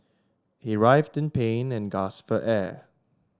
he writhed in pain and gasped for air